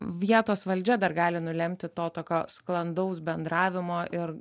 vietos valdžia dar gali nulemti to tokio sklandaus bendravimo ir